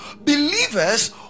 believers